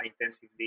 intensively